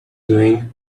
doing